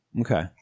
Okay